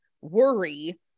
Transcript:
worry